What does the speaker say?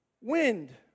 wind